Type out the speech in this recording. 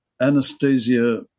Anastasia